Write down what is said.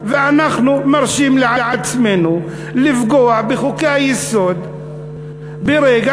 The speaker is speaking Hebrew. ואנחנו מרשים לעצמנו לפגוע בחוקי-היסוד ברגע